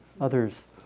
Others